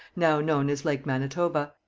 now known as lake manitoba.